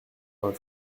vingt